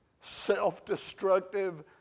self-destructive